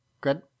good